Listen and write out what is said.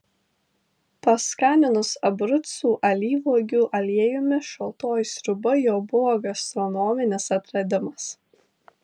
paskaninus abrucų alyvuogių aliejumi šaltoji sriuba jau buvo gastronominis atradimas